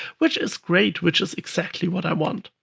which is great, which is exactly what i want.